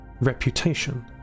reputation